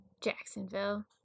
Jacksonville